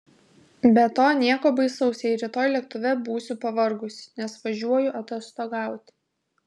be to nieko baisaus jei rytoj lėktuve būsiu pavargusi nes važiuoju atostogauti